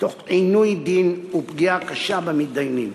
תוך עינוי דין ופגיעה קשה במתדיינים.